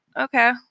okay